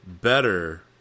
better